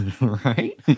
Right